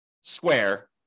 square